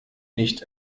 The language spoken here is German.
nicht